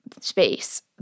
space